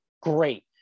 great